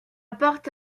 porte